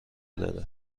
داده